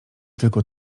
tylko